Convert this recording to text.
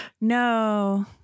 no